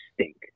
stink